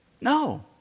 No